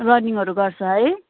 रनिङहरू गर्छ है